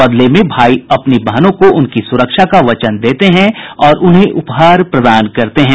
बदले में भाई अपनी बहनों को उनकी सुरक्षा का वचन देते हैं और उन्हें उपहार प्रदान करते हैं